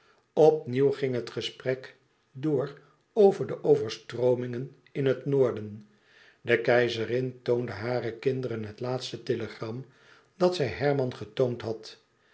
opnieuw ging het gesprek door over de overstroomingen in het noorden de keizerin toonde hare kinderen het laatste telegram dat zij herman getoond had